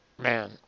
Man